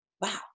wow